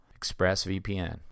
expressvpn